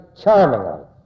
charmingly